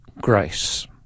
grace